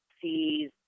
sees